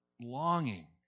longing